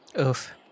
Oof